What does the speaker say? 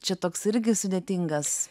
čia toks irgi sudėtingas